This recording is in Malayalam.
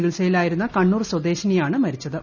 ചികിത്സയിലായിരുന്ന കണ്ണൂർ സ്വദേശിനിയാണ് മരിച്ചത്